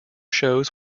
shows